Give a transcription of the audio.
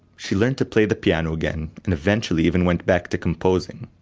she learnt to play the piano again, and eventually even went back to composing.